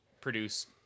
produce